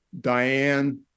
Diane